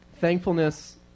thankfulness